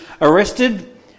arrested